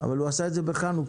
אחד עשה את זה בחנוכה,